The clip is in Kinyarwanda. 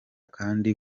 kandi